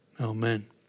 Amen